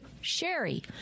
Sherry